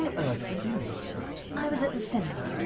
and earth were you last night? i was at the cinema.